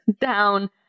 down